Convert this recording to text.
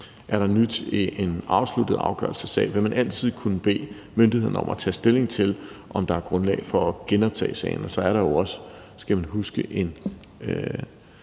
Er der nyt i en afsluttet afgørelse af en sag, vil man altid kunne bede myndigheden om at tage stilling til, om der er grundlag for at genoptage sagen, og så er der jo også, skal man huske, en